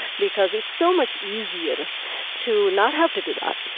because it's so much easier to not have to do that.